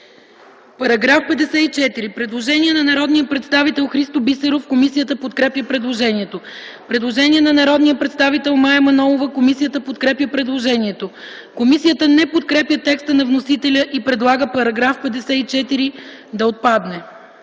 ФИДОСОВА: Предложение на народния представител Христо Бисеров за § 68. Комисията подкрепя предложението. Предложение от народния представител Мая Манолова. Комисията подкрепя предложението. Комисията не подкрепя текста на вносителя и предлага § 68 да отпадне.